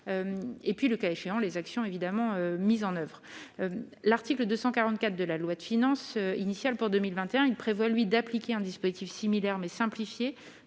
et puis le cas échéant les actions évidemment mise en oeuvre, l'article 244 de la loi de finances initiale pour 2021, il prévoit, lui, d'appliquer un dispositif similaire mais simplifiée